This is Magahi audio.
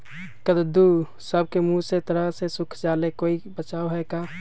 कददु सब के मुँह के तरह से सुख जाले कोई बचाव है का?